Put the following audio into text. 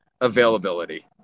availability